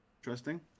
Interesting